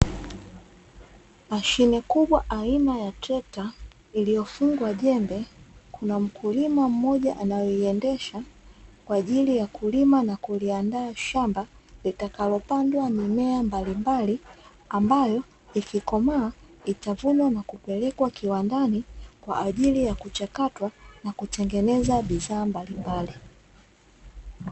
Mashine kubwa aina ya trekta iliyofungwa jembe, kuna mkulima mmoja anayoiendesha kwa ajili ya kulima na kuliandaa shamba litakalopandwa mimea mbalimbali, ambayo ikikomaa itavunwa na kupelekwa kiwandani kwa ajili ya kuchakatwa, na kutengeneza bidhaa mbalimbali.